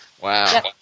wow